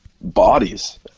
bodies